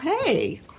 hey